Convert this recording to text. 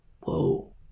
Whoa